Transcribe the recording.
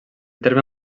terme